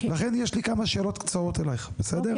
לכן יש לי כמה שאלות קצרות אליך, בסדר?